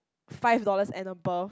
five dollars and above